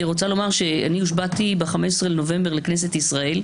הושבעתי ב-15 בנובמבר לכנסת ישראל,